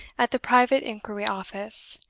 at the private inquiry office,